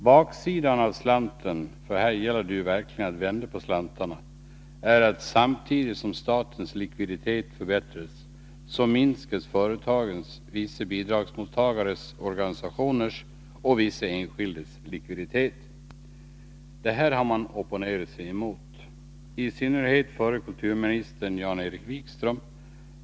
Baksidan av slanten — här gäller det verkligen att vända på slantarna — är att samtidigt som statens likviditet förbättras minskar företagens, vissa bidragsmottagande organisationers och vissa enskildas likviditet. Det här har man opponerat sig mot. Det gäller i synnerhet förre kulturministern Jan-Erik Wikström.